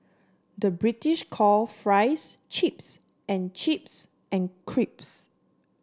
the British call fries chips and chips and crisps